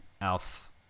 Alf